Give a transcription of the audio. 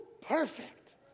perfect